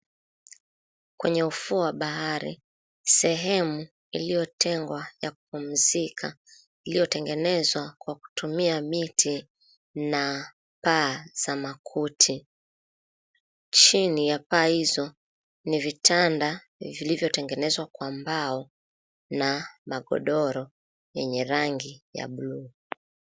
Kwenye ufuo wa bahari sehemu iliyotengwa ya kupumzika iliyotengenezwa kwa kutumia miti na paa la makuti. Chini ya paa hizo ni vitanda vilivyotengenezwa kwa mbao na magodoro yenye rangi ya buluu.